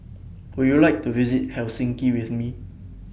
Would YOU like to visit Helsinki with Me